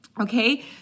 Okay